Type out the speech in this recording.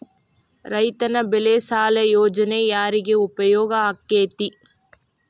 ರೈತ ಬೆಳೆ ಸಾಲ ಯೋಜನೆ ಯಾರಿಗೆ ಉಪಯೋಗ ಆಕ್ಕೆತಿ?